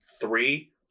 three